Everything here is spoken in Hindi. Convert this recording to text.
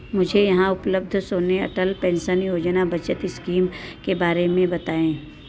मुझे यहाँ उपलब्ध सोने अटल पेंसन योजना बचत इस्कीम के बारे में बताएँ